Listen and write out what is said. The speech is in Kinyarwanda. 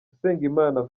usengimana